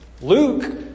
Luke